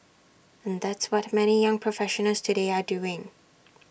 and that's what many young professionals today are doing